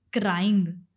crying